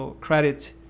credit